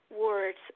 words